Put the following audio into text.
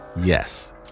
Yes